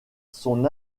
son